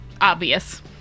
obvious